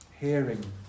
hearing